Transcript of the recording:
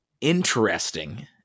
interesting